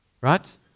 right